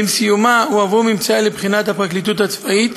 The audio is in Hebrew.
ועם סיומה הועברו ממצאיה לבחינת הפרקליטות הצבאית.